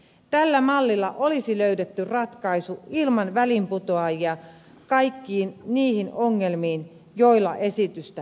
tällä mallilla olisi ilman väliinputoajia löydetty ratkaisu kaikkiin niihin ongelmiin joilla esitystä perustellaan